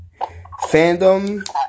fandom